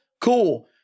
Cool